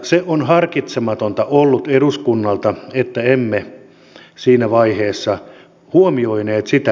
se on harkitsematonta ollut eduskunnalta että emme siinä vaiheessa huomioineet sitä